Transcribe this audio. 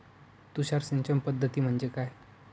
तुषार सिंचन पद्धती म्हणजे काय?